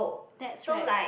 that's right